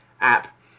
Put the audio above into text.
app